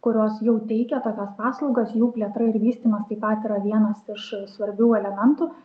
kurios jau teikia tokias paslaugas jų plėtra ir vystymas taip pat yra vienas iš svarbių elementų